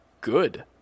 good